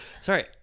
Sorry